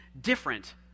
different